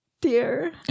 dear